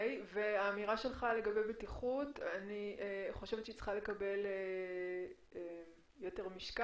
אני לא חושב שיש איזשהו גורם בירוקרטי שמעכב איזשהו פיתוח.